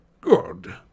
Good